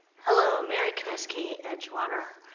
hello, mary komisky, edgewater.